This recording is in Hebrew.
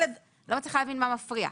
אני לא מצליחה להבין מה מפריע.